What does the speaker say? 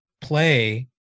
play